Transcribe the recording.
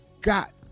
got